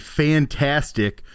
fantastic